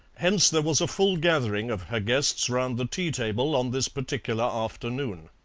hence there was a full gathering of her guests round the tea-table on this particular afternoon.